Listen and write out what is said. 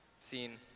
Seen